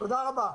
תודה רבה.